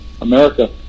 America